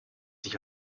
sich